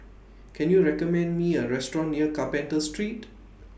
Can YOU recommend Me A Restaurant near Carpenter Street